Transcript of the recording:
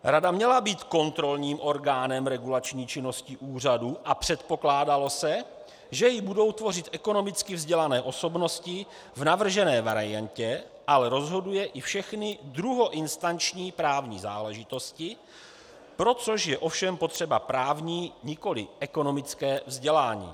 Rada měla být kontrolním orgánem regulační činnosti úřadu a předpokládalo se, že ji budou tvořit ekonomicky vzdělané osobnosti v navržené variantě, ale rozhoduje i všechny druhoinstanční právní záležitosti, pro což je ovšem potřeba právní, nikoliv ekonomické vzdělání.